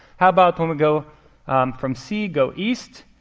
how about when we go from c, go east,